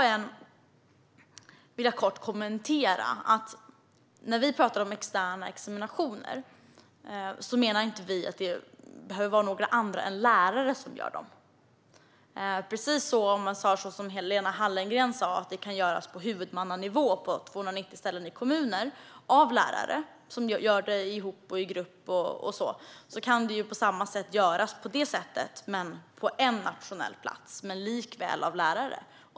Jag vill också kort säga att vi när vi talar om externa examinationer inte menar att det behöver vara några andra än lärare som utför dessa. Lena Hallengren sa att det hela kan skötas på huvudmannanivå i 290 kommuner, utfört av lärare som gör det tillsammans i grupp. Det skulle dock kunna göras på samma sätt men på en nationell plats och fortfarande av lärare.